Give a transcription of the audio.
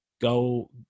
Go